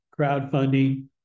crowdfunding